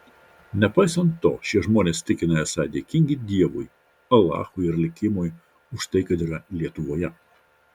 nepaisant to šie žmonės tikina esą dėkingi dievui alachui ar likimui už tai kad yra lietuvoje